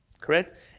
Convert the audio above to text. Correct